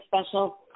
special